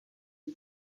les